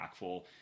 impactful